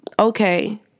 okay